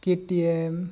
ᱠᱮ T ᱮᱢ